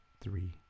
three